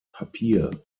papier